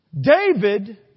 David